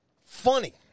funny